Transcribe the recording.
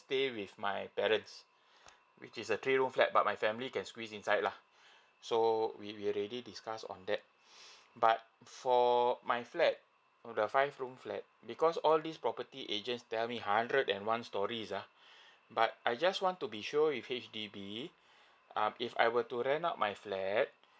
stay with my parents which is a three room flat but my family can squeeze inside lah so we we already discussed on that but for my flat on the five room flat because all this property agents tell me hundred and one stories uh but I just want to be sure if H_D_B um if I were to rent out my flat